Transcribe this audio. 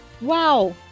Wow